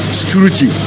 security